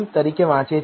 delim તરીકે વાંચે છે